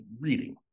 reading